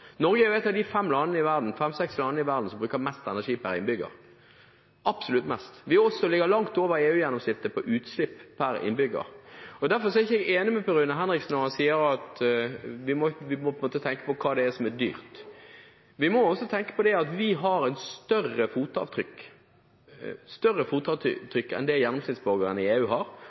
Norge er et av de fem–seks landene i verden som bruker mest energi per innbygger – absolutt mest. Vi ligger også langt over EU-gjennomsnittet på utslipp per innbygger. Derfor er jeg ikke enig med Per Rune Henriksen når han sier at vi må tenke på hva det er som er dyrt. Vi må også tenke på at vi har et større fotavtrykk enn gjennomsnittsborgeren i EU har,